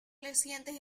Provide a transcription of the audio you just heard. recientes